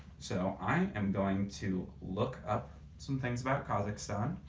so, i am going to look up some things about kazakhstan,